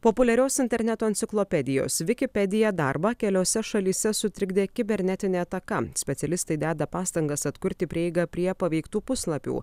populiarios interneto enciklopedijos wikipedia darbą keliose šalyse sutrikdė kibernetinė ataka specialistai deda pastangas atkurti prieigą prie paveiktų puslapių